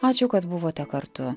ačiū kad buvote kartu